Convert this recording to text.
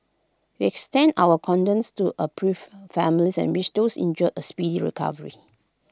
we extend our condolences to A bereaved families and wish those injured A speedy recovery